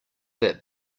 that